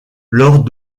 lors